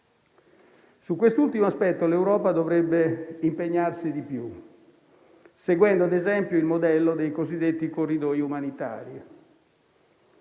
Su quest'ultimo aspetto l'Europa dovrebbe impegnarsi di più, seguendo ad esempio il modello dei cosiddetti corridoi umanitari.